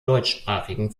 deutschsprachigen